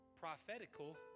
prophetical